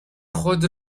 خود